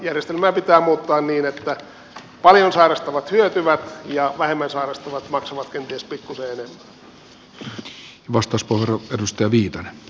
järjestelmää pitää muuttaa niin että paljon sairastavat hyötyvät ja vähemmän sairastavat maksavat kenties pikkusen enemmän